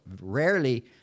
Rarely